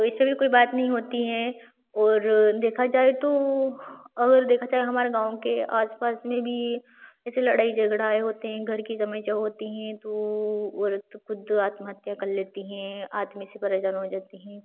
तो इस पर भी कोई बात नहीं होती हैं और देखा जाए तो अगर देखा जाए हमारे गाँव के आस पास में भी ऐसे लड़ाई झगड़ा होते हैं घर की समस्या होती हैं तो औरत ख़ुद आत्महत्या कल लेती हें आदमी से परेशान हो जाती हैं